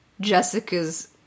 Jessica's